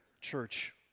church